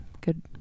Good